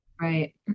Right